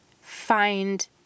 find